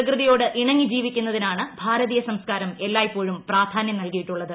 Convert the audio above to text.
പ്രകൃതിയോട് ഇണങ്ങി ജീവിക്കുന്നതിനാണ് ഭാരതീയ സംസ്കാരം എല്ലായ്പ്പോഴും പ്രാധാന്യം നൽകിയിട്ടുള്ളത്